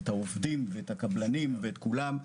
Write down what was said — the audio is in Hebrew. את העובדים ואת הקבלנים ואת כולם.